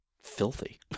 Filthy